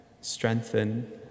strengthen